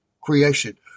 creation